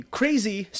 crazy